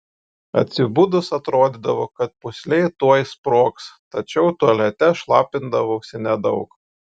atsibudus atrodydavo kad pūslė tuoj sprogs tačiau tualete šlapindavausi nedaug